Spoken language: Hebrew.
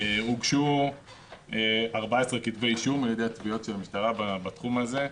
הוגשו 14 כתבי אישום על ידי התביעות של המשטרה בתחום הזה.